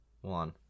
One